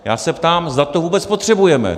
Já se ptám, zda to vůbec potřebujeme.